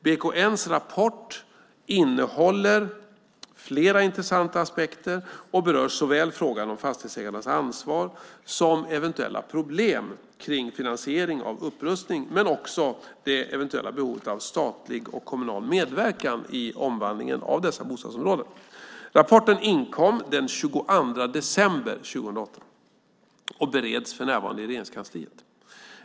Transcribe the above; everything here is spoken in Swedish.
BKN:s rapport innehåller flera intressanta aspekter och berör såväl frågan om fastighetsägarnas ansvar som eventuella problem kring finansiering av upprustning, men också det eventuella behovet av statlig och kommunal medverkan i omvandlingen av dessa bostadsområden. Rapporten inkom den 22 december 2008 och bereds för närvarande inom Regeringskansliet.